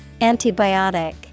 Antibiotic